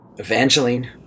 Evangeline